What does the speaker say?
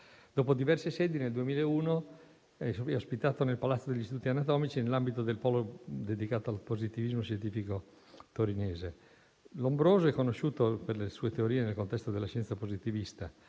Dopo diversi sedi, nel 2001 è ospitato nel Palazzo degli istituti anatomici nell'ambito del polo dedicato al positivismo scientifico torinese. Lombroso è conosciuto per le sue teorie nel contesto della scienza positivista